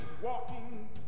walking